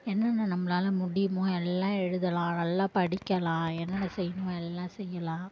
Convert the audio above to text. என்னென்ன நம்மளால முடியுமோ எல்லாம் எழுதலாம் நல்லா படிக்கலாம் என்னென்ன செய்யணுமோ எல்லாம் செய்யலாம்